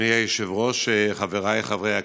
אדוני היושב-ראש, חבריי חברי הכנסת,